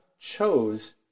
chose